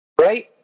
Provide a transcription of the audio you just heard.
Right